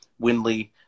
winley